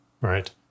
Right